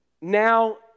now